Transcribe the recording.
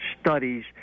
studies